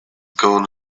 going